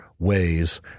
ways